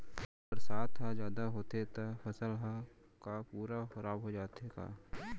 बरसात ह जादा होथे त फसल ह का पूरा खराब हो जाथे का?